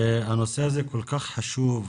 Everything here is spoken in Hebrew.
הנושא הזה כל כך חשוב,